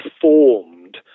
formed